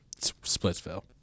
splitsville